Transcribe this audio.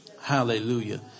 Hallelujah